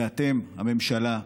ואתם, הממשלה,